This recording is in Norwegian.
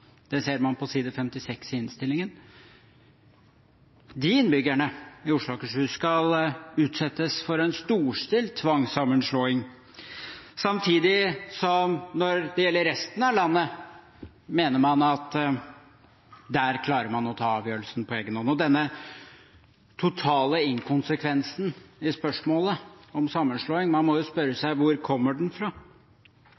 Det ser man på side 56 i innstillingen. Innbyggerne i Oslo og Akershus skal utsettes for en storstilt tvangssammenslåing, samtidig som man mener at i resten av landet klarer man å ta avgjørelsen på egen hånd. Om denne totale inkonsekvensen i spørsmålet om sammenslåing må man jo spørre seg: Hvor kommer den fra?